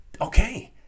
okay